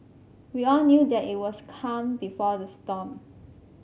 we all knew that it was calm before the storm